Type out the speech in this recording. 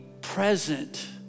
present